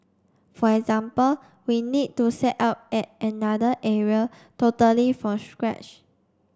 for example we need to set up at another area totally from scratch